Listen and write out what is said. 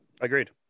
Agreed